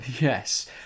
Yes